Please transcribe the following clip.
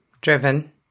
Driven